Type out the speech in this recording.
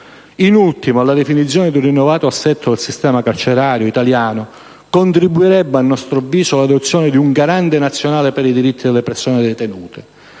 In ultimo, alla definizione di un rinnovato assetto del sistema carcerario contribuirebbe, a nostro avviso, l'adozione di un Garante nazionale per i diritti delle persone detenute,